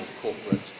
corporate